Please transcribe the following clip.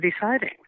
deciding